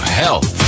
health